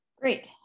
Great